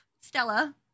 Stella